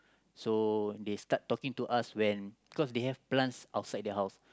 so they start talking to us when cos they have plants outside their house